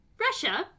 Russia